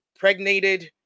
pregnated